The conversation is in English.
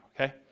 okay